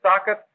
socket